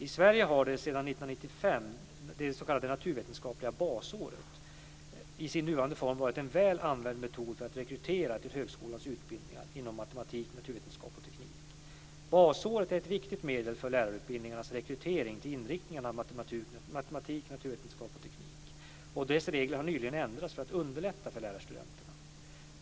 I Sverige har sedan 1995 det s.k. naturvetenskapliga basåret, enligt förordningen 1992:819 om behörighetsgivande förutbildning vid universitet och högskolor, i sin nuvarande form varit en väl använd metod för att rekrytera till högskolans utbildningar inom matematik, naturvetenskap och teknik. Basåret är ett viktigt medel för lärarutbildningens rekrytering till inriktningarna matematik, naturvetenskap och teknik, och dess regler har nyligen ändrats för att underlätta för lärarstudenter.